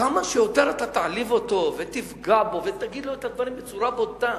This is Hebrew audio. כמה שיותר אתה תעליב אותו ותפגע בו ותגיד לו את הדברים בצורה בוטה.